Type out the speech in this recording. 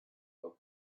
doc